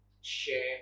share